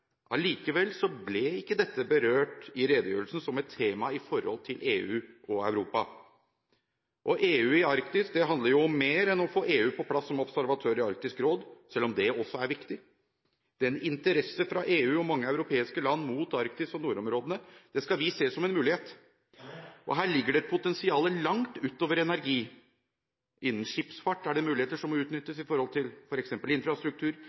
Allikevel ble ikke dette berørt i redegjørelsen som et tema i forholdet til EU og Europa. EU i Arktis handler om mer enn å få EU på plass som observatør i Arktisk råd, selv om det også er viktig. Interessen fra EU og mange europeiske land for Arktis og nordområdene skal vi se som en mulighet. Her ligger det et potensial langt utover energi. Innen skipsfart er det muligheter som må utnyttes når det gjelder f.eks. infrastruktur.